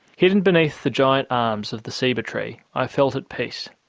hidden beneath the giant arms of the ceiba tree i felt at peace.